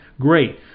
Great